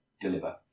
deliver